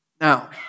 Now